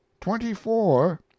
twenty-four